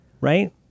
right